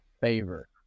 favor